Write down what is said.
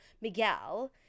Miguel